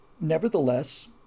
nevertheless